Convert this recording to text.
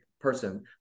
person